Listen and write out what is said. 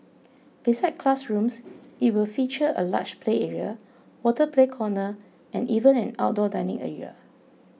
besides classrooms it will feature a large play area water play corner and even an outdoor dining area